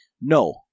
No